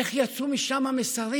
איך יצאו משם מסרים?